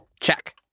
Check